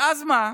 ואז מה?